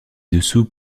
dessous